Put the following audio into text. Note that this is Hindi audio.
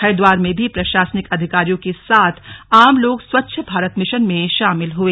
हरिद्वार में भी प्रशासनिक अधिकारियों के साथ आम लोग स्वच्छ भारत मिशन में शामिल हुए